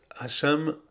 Hashem